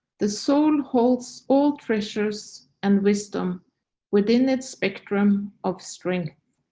the soul holds all treasures and wisdom within its spectrum of strength.